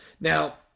Now